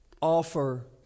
offer